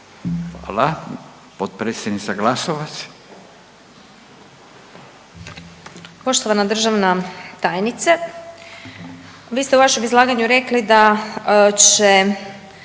**Glasovac, Sabina (SDP)** Poštovana državna tajnice, vi ste u vašem izlaganju rekli da će